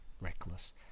reckless